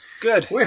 Good